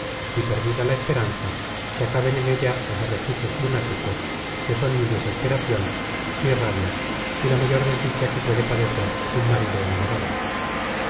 y perdida la esperanza se acaben en ella los arrechuchos lunáticos que son mi desesperación mi rabia y la mayor desdicha que puede padecer un marido enamorado